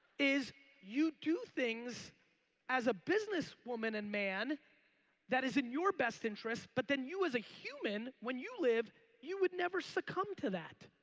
is you do things as a businesswoman and man that is in your best interest but then you as a human when you live you would never succumb to that.